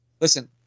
listen